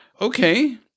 Okay